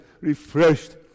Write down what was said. refreshed